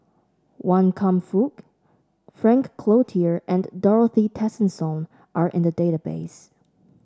Wan Kam Fook Frank Cloutier and Dorothy Tessensohn are in the database